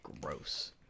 Gross